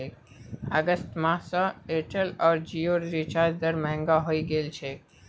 अगस्त माह स एयरटेल आर जिओर रिचार्ज दर महंगा हइ गेल छेक